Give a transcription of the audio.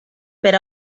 per